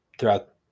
Throughout